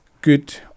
good